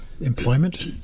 employment